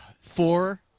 Four